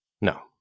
No